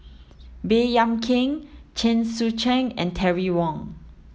Baey Yam Keng Chen Sucheng and Terry Wong